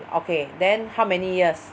okay then how many years